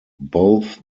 both